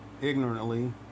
ignorantly